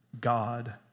God